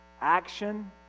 action